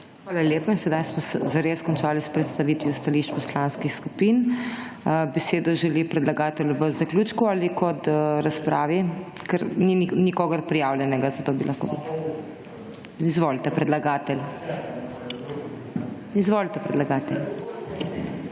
Hvala lepa. Sedaj smo zares končali s predstavitvijo stališč poslanskih skupin. Besedo želi predlagatelj v zaključku ali kot razpravi, ker ni nikogar prijavljenega, zato bi lahko… / oglašanje iz dvorane/ Izvolite, predlagatelj.